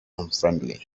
unfriendly